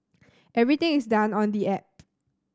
everything is done on the app